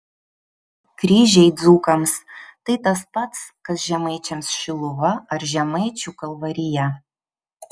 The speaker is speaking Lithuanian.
kryžiai dzūkams tai tas pats kas žemaičiams šiluva ar žemaičių kalvarija